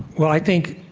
well, i think